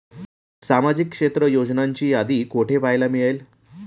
सामाजिक क्षेत्र योजनांची यादी कुठे पाहायला मिळेल?